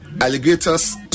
alligators